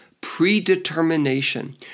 predetermination